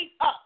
up